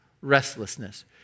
Restlessness